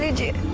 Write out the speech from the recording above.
did